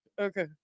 okay